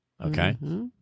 Okay